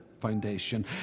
foundation